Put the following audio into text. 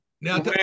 Now